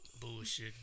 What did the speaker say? Bullshit